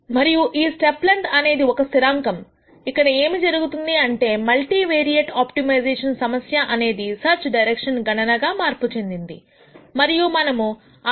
మరియు ఈ step length అనేది ఒక స్థిరాంకం ఇక్కడ ఏమి జరుగుతుంది అంటే మల్టీవేరియేట్ ఆప్టిమైజేషన్ సమస్య అనేది సెర్చ్ డైరెక్షన్ గణన గా మార్పు చెందింది మరియు మనము α